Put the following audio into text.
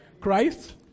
Christ